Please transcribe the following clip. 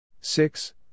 Six